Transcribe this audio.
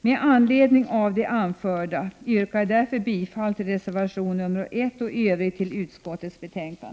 Med anledning av det anförda yrkar jag bifall till reservation 1 och i övrigt till utskottets hemställan.